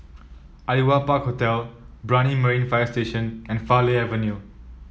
Aliwal Park Hotel Brani Marine Fire Station and Farleigh Avenue